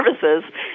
services